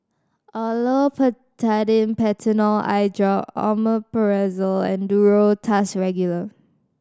Olopatadine Patanol Eyedrop Omeprazole and Duro Tuss Regular